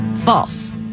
False